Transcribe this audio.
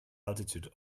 altitude